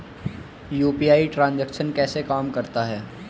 UPI transaction कैसे काम करता है?